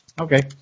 Okay